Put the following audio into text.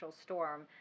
storm